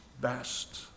best